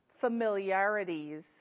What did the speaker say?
familiarities